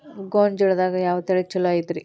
ಗೊಂಜಾಳದಾಗ ಯಾವ ತಳಿ ಛಲೋ ಐತ್ರಿ?